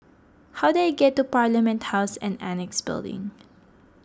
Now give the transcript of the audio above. how do I get to Parliament House and Annexe Building